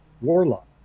Warlock